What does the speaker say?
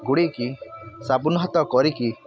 ଗୁଡ଼େଇକି ସାବୁନ ହାତ କରିକି